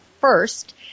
first